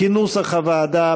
כנוסח הוועדה,